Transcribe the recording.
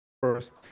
first